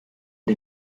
von